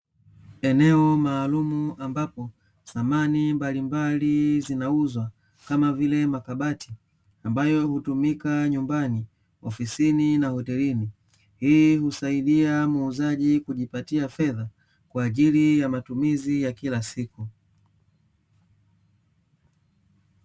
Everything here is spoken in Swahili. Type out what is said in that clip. Eneo maalumu ambapo samani mbalimbali zinauzwa kama vile makabati ambayo hutumika nyumbani, ofisini na hotelini. Hii husaidia muuzaji kujipatia fedha kwa ajili ya matumizi ya kila siku.